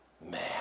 man